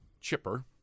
chipper